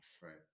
Right